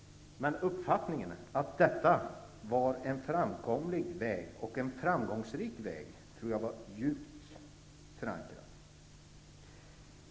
Men uppfattningen att det var en framkomlig och framgångsrik väg tror jag är djupt förankrad.